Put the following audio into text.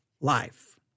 life